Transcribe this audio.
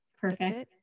Perfect